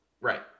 Right